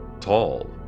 tall